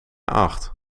acht